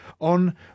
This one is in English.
on